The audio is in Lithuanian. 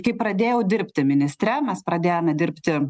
kai pradėjau dirbti ministre mes pradėjome dirbti